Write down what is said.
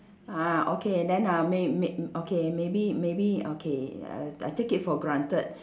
ah okay then uh may~ may~ okay maybe maybe okay uh I take it for granted